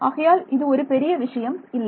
ஆகையால் இது ஒரு பெரிய விஷயம் இல்லை